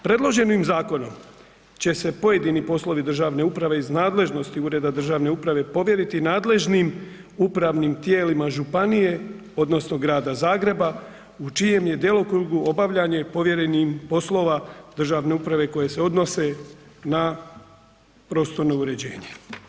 Predloženim zakonom će se pojedini poslovi državne uprave iz nadležnosti ureda državne uprave povjeriti nadležnim upravnim tijelima županije odnosno Grada Zagreba u čijem je djelokrugu obavljanje povjerenim poslova državne uprave koje se odnose na prostorno uređenje.